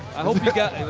i hope you've got